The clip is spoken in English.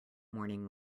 morning